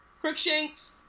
Crookshanks